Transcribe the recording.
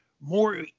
more